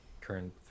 current